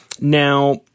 Now